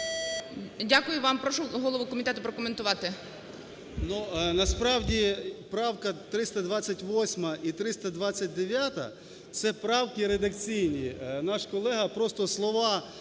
Дякую вам. Прошу голову комітету прокоментувати.